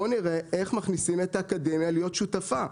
בוא נראה איך מכניסים את האקדמיה להיות שותפה.